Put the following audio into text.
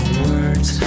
words